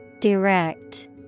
Direct